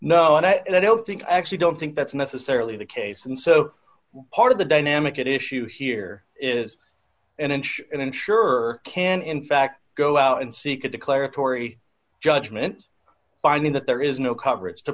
no i don't think i actually don't think that's necessarily the case and so part of the dynamic at issue here is an inch an insurer can in fact go out and seek a declaratory judgment finding that there is no coverage to